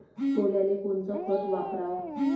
सोल्याले कोनचं खत वापराव?